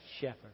shepherd